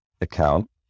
account